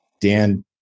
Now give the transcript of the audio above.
Dan